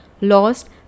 lost